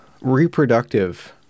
reproductive